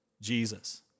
Jesus